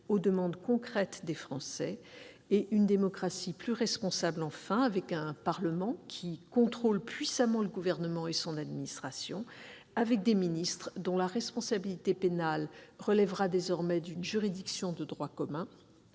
aux demandes concrètes des Français. Enfin, une démocratie plus responsable, avec un Parlement qui contrôle puissamment le Gouvernement et son administration, des ministres dont la responsabilité pénale relèvera désormais d'une juridiction de droit commun